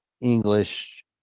English